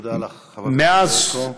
תודה לך, חברת הכנסת ברקו.